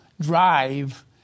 drive